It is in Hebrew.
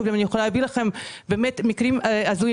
אני יכולה לספר לכם על מקרים הזויים.